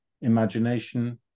imagination